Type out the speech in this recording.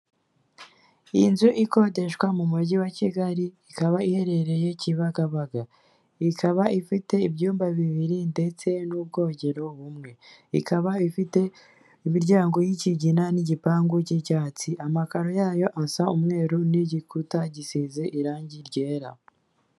Iyi nzu ikodeshwa mu mujyi wa Kigali, ikaba iherereye Kibagabaga, ikaba ifite ibyumba bibiri ndetse n'ubwogero bumwe, ikaba ifite imiryango y'ikigina n'igipangu cy'icyatsi, amakaro yayo asa umweru n'igikuta gisize irangi ryera.